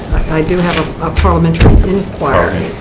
i do have a parliamentary inquiry.